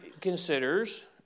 considers